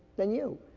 than you.